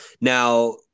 now